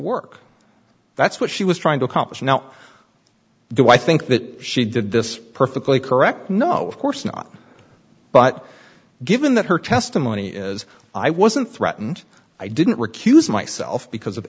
work that's what she was trying to accomplish now the why think that she did this perfectly correct no of course not but given that her testimony is i wasn't threatened i didn't recuse myself because of